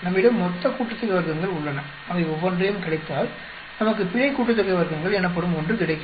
நம்மிடம் மொத்த கூட்டுத்தொகை வர்க்கங்கள் உள்ளன அவை ஒவ்வொன்றையும் கழித்தால் நமக்கு பிழை கூட்டுத்தொகை வர்க்கங்கள் எனப்படும் ஒன்று கிடைக்கும்